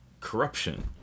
corruption